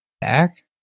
back